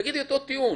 תגידי אותו טיעון.